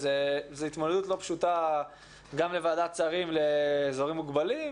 וזו התמודדות לא פשוטה גם לוועדת שרים לאזורים מוגבלים.